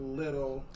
little